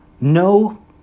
no